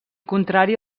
contrari